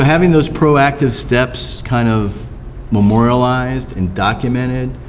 having those proactive steps kind of memorialized and documented,